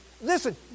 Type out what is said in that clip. Listen